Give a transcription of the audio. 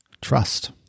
trust